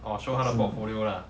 orh show 他的 portfolio lah